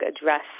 address